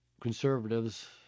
conservatives